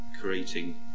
creating